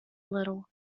little